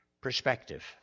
perspective